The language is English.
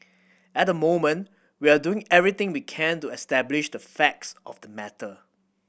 at the moment we are doing everything we can to establish the facts of the matter